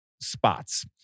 spots